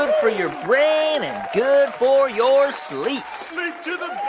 good for your brain and good for your sleep sleep to the